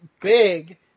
big